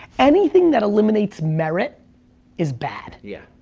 anything that eliminates merit is bad. yeah